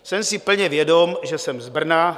Jsem si plně vědom, že jsem z Brna.